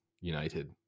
United